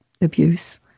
abuse